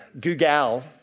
Google